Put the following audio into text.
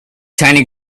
tiny